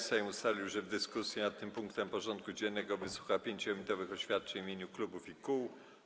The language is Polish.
Sejm ustalił, że w dyskusji nad tym punktem porządku dziennego wysłucha 5-minutowych oświadczeń w imieniu klubów i kół.